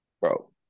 Bro